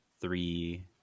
three